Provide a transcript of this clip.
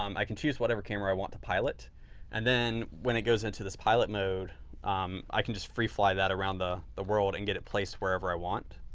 um i can choose whatever camera i want to pilot and then when it goes into this pilot mode um i can just free fly that around the the world and get it placed wherever i want.